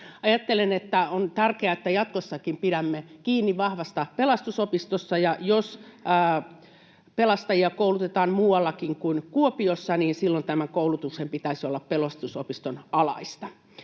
Ajattelen, että on tärkeää, että jatkossakin pidämme kiinni vahvasta Pelastusopistosta, ja jos pelastajia koulutetaan muuallakin kuin Kuopiossa, niin silloin tämän koulutuksen pitäisi olla Pelastusopiston alaista.